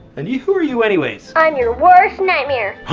and who are you anyways? i'm your worst nightmare!